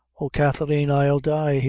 oh, kathleen, i'll die,